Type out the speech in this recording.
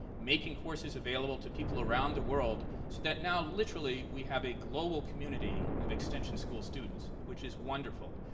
making courses available to people around the world so that now literally we have a global community of extension school students, which is wonderful.